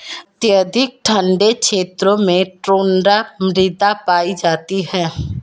अत्यधिक ठंडे क्षेत्रों में टुण्ड्रा मृदा पाई जाती है